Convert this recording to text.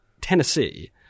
Tennessee